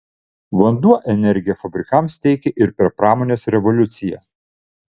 vanduo energiją fabrikams teikė ir per pramonės revoliuciją